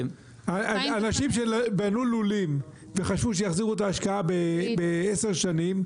אנשים שבנו לולים וחשבו שהם יחזירו את ההשקעה בעשר שנים,